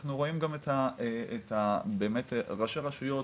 אנחנו רואים גם את באמת ראשי רשויות,